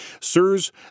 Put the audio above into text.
Sirs